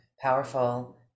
powerful